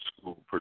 school